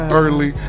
early